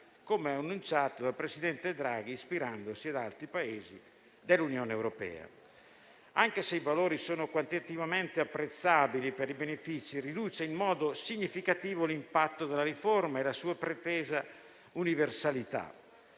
come annunciato dal presidente Draghi ispirandosi ad altri Paesi dell'Unione europea. Anche se i valori sono qualitativamente apprezzabili per i benefici, riduce in modo significativo l'impatto della riforma e la sua pretesa di universalità.